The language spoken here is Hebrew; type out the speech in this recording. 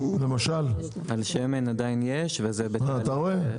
על שמן עדיין יש --- אתה רואה,